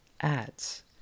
ads